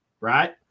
right